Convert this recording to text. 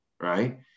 right